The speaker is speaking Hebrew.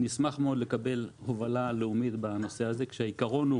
נשמח מאוד לקבל הובלה לאומית בנושא הזה כשהעיקרון הוא